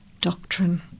doctrine